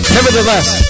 Nevertheless